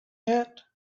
yet